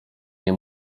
nie